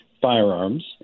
firearms